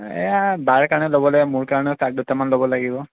এইয়া বাৰ কাৰণে ল'ব লাগিব মোৰ কাৰণেও শ্বাৰ্ট দুটামান ল'ব লাগিব